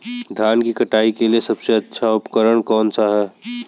धान की कटाई के लिए सबसे अच्छा उपकरण कौन सा है?